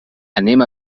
anem